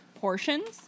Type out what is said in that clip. portions